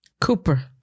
Cooper